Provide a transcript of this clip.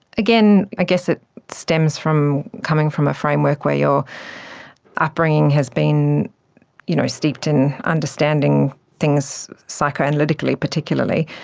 again, i guess it stems from coming from a framework where your upbringing has been you know steeped in understanding things, psychoanalytically particularly.